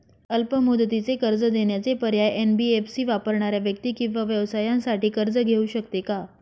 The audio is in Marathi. अल्प मुदतीचे कर्ज देण्याचे पर्याय, एन.बी.एफ.सी वापरणाऱ्या व्यक्ती किंवा व्यवसायांसाठी कर्ज घेऊ शकते का?